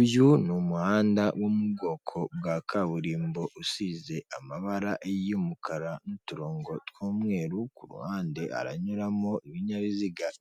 Iyi ni inzu ndende yo mu bwoko bwa etaje igerekeranyije isize amabara agiye atandukanye umweru, ubururu bwijimye ndetse n'ibirahure by'umukara imbere yayo hahagaze